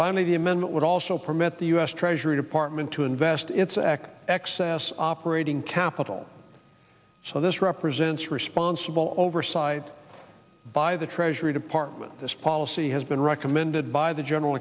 finally the amendment would also permit the u s treasury department to invest in excess operating capital so this represents responsible oversight by the treasury department this policy has been recommended by the general